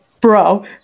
bro